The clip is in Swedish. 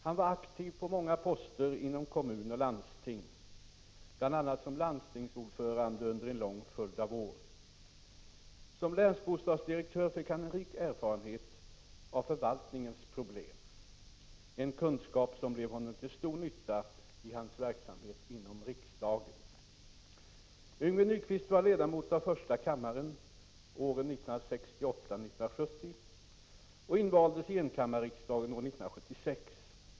Han var aktiv på många poster inom kommun och landsting, bl.a. som landstingsordförande under en lång följd av år. Som länsbostadsdirektör fick han en rik erfarenhet av förvaltningens problem, en kunskap som blev honom till stor nytta i hans verksamhet inom riksdagen. Yngve Nyquist var ledamot av första kammaren åren 1968-1970 och invaldes i enkammarriksdagen år 1976.